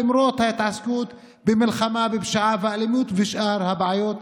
למרות ההתעסקות במלחמה בפשיעה ובאלימות ובשאר הבעיות.